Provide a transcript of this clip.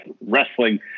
wrestling